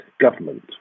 government